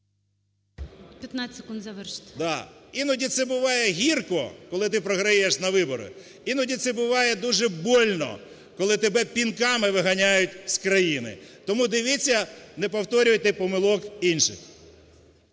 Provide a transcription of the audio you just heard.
15 секунд. Завершуйте. ЧУМАК В.В. Іноді це буває гірко, коли ти програєш на виборах, іноді це буває дуже больно, коли тебе пінками виганяють з країни. Тому, дивіться, не повторюйте помилок інших.